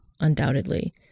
undoubtedly